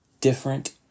different